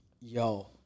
Yo